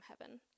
heaven